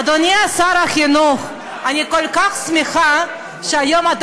אדוני שר החינוך, אני כל כך שמחה שהיום אתה